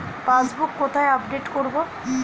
Passbook কোথায় update করব?